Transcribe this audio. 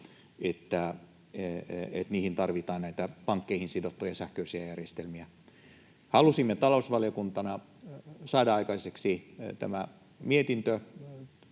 että niihin tarvitaan näitä pankkeihin sidottuja sähköisiä järjestelmiä. Halusimme talousvaliokuntana saada aikaiseksi tämän mietinnön,